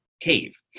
cave